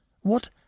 What